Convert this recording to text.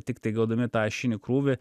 tiktai gaudami tą ašinį krūvį